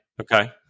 Okay